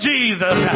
Jesus